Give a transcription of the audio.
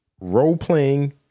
role-playing